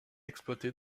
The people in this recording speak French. exploité